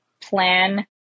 plan